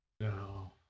No